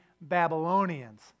Babylonians